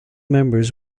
members